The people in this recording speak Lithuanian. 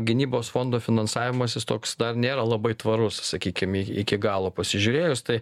gynybos fondo finansavimas jis toks dar nėra labai tvarus sakykim i iki galo pasižiūrėjus tai